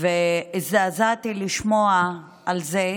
והזדעזעתי לשמוע על זה.